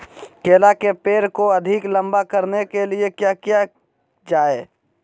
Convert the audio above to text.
केला के पेड़ को अधिक लंबा करने के लिए किया किया जाए?